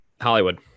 Hollywood